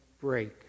break